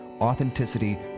authenticity